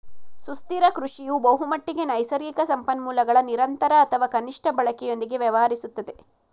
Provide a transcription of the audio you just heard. ಸುಸ್ಥಿರ ಕೃಷಿಯು ಬಹುಮಟ್ಟಿಗೆ ನೈಸರ್ಗಿಕ ಸಂಪನ್ಮೂಲಗಳ ನಿರಂತರ ಅಥವಾ ಕನಿಷ್ಠ ಬಳಕೆಯೊಂದಿಗೆ ವ್ಯವಹರಿಸುತ್ತದೆ